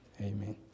amen